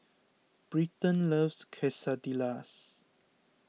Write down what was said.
Britton loves Quesadillas